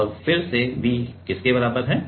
और फिर से V किसके बराबर है